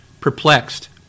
perplexed